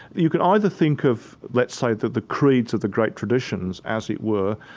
you can either think of, lets say the the creeds of the great traditions as it were,